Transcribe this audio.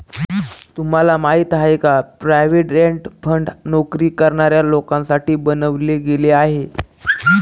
तुम्हाला माहिती आहे का? प्रॉव्हिडंट फंड नोकरी करणाऱ्या लोकांसाठी बनवले गेले आहे